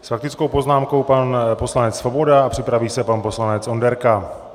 S faktickou poznámkou pan poslanec Svoboda a připraví se pan poslanec Onderka.